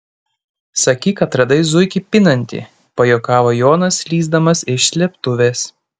sakyk kad radai zuikį pinantį pajuokavo jonas lįsdamas iš slėptuvės